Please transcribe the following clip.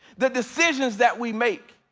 the decisions that we make,